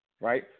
right